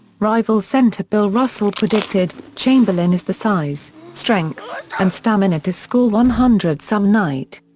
rival center bill russell predicted, chamberlain has the size, strength, and stamina to score one hundred some night.